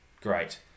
great